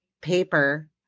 paper